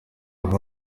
hano